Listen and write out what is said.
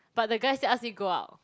but the guy still ask me go out